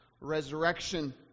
resurrection